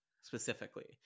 specifically